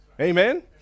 Amen